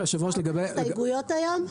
נגמור את ההסתייגויות היום?